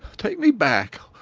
take me back.